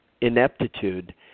ineptitude